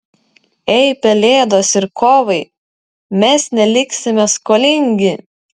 ei pelėdos ir kovai mes neliksime skolingi